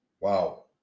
wow